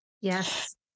Yes